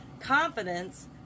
confidence